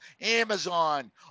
Amazon